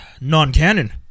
non-canon